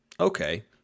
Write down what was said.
Okay